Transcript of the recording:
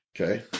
Okay